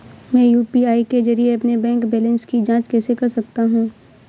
मैं यू.पी.आई के जरिए अपने बैंक बैलेंस की जाँच कैसे कर सकता हूँ?